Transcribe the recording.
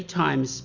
times